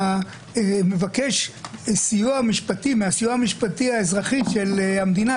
המבקש סיוע משפטי מהסיוע המשפטי האזרחי של המדינה,